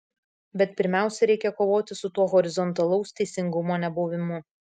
bet pirmiausia reikia kovoti su tuo horizontalaus teisingumo nebuvimu